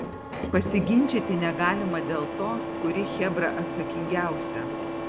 pasiginčyti negalima dėl to kuri chebra atsakingiausia